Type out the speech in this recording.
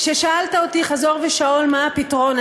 כששאלת אותי חזור ושאול מה הפתרון,